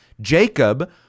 Jacob